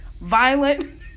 violent